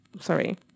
Sorry